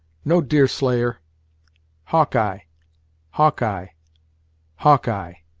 no deerslayer hawkeye hawkeye hawkeye.